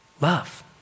Love